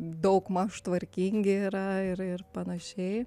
daugmaž tvarkingi yra ir ir panašiai